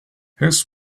his